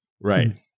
Right